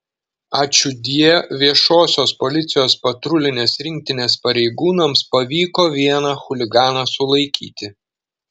ačiūdie viešosios policijos patrulinės rinktinės pareigūnams pavyko vieną chuliganą sulaikyti